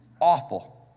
Awful